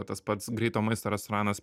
tas pats greito maisto restoranas